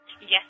yes